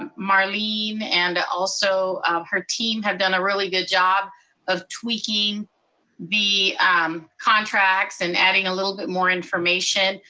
um marlene and also her team have done a really good job of tweaking the um contracts, and adding a little bit more information.